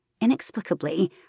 Inexplicably